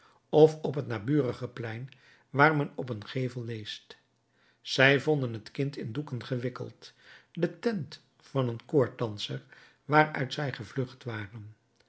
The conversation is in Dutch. of op het naburig plein waar men op een gevel leest invenerunt parvulum pannis involutum de tent van een koorddanser waaruit zij gevlucht waren